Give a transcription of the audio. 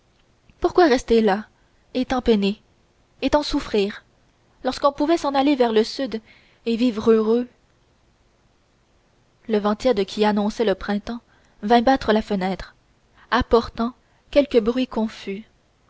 pourquoi rester là et tant peiner et tant souffrir lorsqu'on pouvait s'en aller vers le sud et vivre heureux le vent tiède qui annonçait le printemps vint battre la fenêtre apportant quelques bruits confus